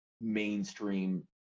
mainstream